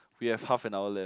we have half a hour left